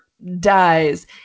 dies